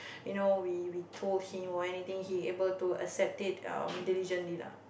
you know we we told him or anything he able to accept it um diligently lah